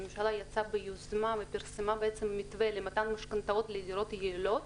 הממשלה יצאה ביוזמה ופרסמה מתווה למתן משכנתאות לדירות יעילות,